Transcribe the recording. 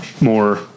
more